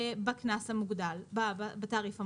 בתעריף המוגדל.